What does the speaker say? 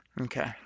Okay